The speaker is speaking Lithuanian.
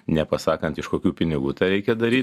nepasakant iš kokių pinigų tą reikia daryt